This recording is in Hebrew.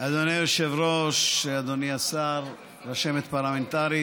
אדוני היושב-ראש, אדוני השר, רשמת פרלמנטרית,